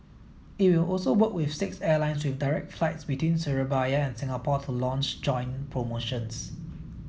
it will also work with six airlines with direct flights between Surabaya and Singapore to launch joint promotions